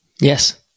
Yes